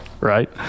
right